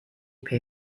pay